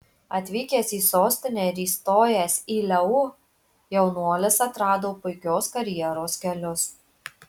atvykęs į sostinę ir įstojęs į leu jaunuolis atrado puikios karjeros kelius